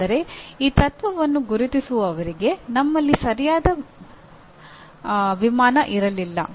ಆದರೆ ಈ ತತ್ವವನ್ನು ಗುರುತಿಸುವವರೆಗೆ ನಮ್ಮಲ್ಲಿ ಸರಿಯಾದ ವಿಮಾನ ಇರಲಿಲ್ಲ